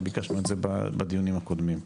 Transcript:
ביקשנו את זה בדיונים הקודמים.